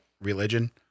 religion